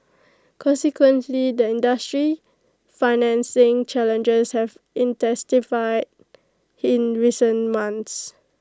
consequently the industry's financing challenges have intensified in recent months